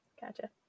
Gotcha